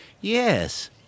Yes